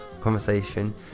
conversation